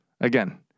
again